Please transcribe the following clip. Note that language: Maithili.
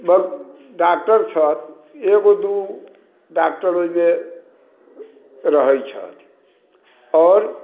डॉक्टर छथि एगो दूगो डॉक्टर ओहिमे रहै छथि आओर